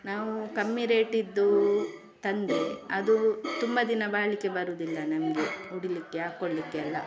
ನಾವು ಕಮ್ಮಿ ರೇಟಿದ್ದು ತಂದರೆ ಅದು ತುಂಬ ದಿನ ಬಾಳಿಕೆ ಬರೋದಿಲ್ಲ ನಮಗೆ ಉಡಲಿಕ್ಕೆ ಹಾಕೊಳ್ಳಿಕ್ಕೆ ಎಲ್ಲ